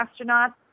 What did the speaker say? astronauts